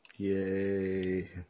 Yay